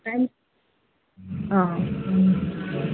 time অঁ